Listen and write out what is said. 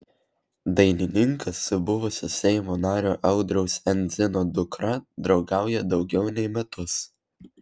dainininkas su buvusio seimo nario audriaus endzino dukra draugauja daugiau nei metus